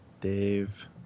Dave